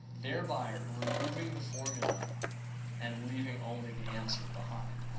thereby removing the formula and leaving only the answer behind.